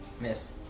Miss